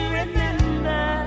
remember